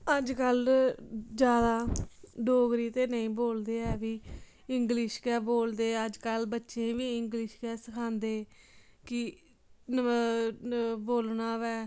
अज्ज कल जादा डोगरी ते नेईं बोलदे ऐ इंग्लिश गै बोलदे अज्ज कल बच्चें गी बी इंग्लिश गै सखांदे कि बोलना होऐ